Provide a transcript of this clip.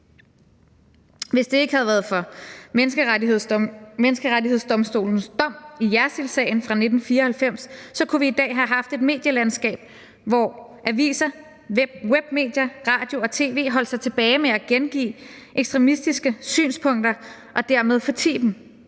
Hvis ikke det havde været for Menneskerettighedsdomstolens dom i Jersildsagen fra 1994, kunne vi i dag have haft et medielandskab, hvor aviser, web-medier, radio og tv holdt sig tilbage fra at gengive ekstremistiske synspunkter og dermed fortie dem.